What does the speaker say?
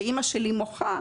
ואימא שלי מוחה,